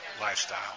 lifestyle